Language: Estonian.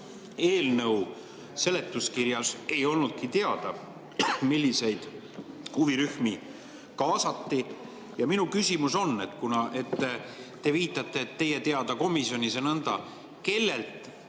eelnõu seletuskirjas ei olnudki, milliseid huvirühmi kaasati. Minu küsimus on, kuna te viitate, et teie teada komisjonis oli nõnda: kellelt